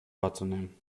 wahrzunehmen